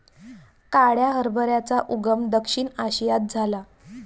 काळ्या हरभऱ्याचा उगम दक्षिण आशियात झाला